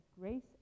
grace